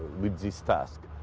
with this task.